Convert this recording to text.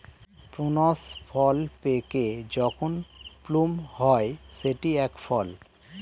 prunes ফল পেকে যখন প্লুম হয় সেটি এক ফল